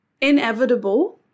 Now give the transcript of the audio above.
inevitable